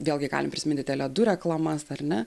vėlgi galim prisiminti tele du reklamas ar ne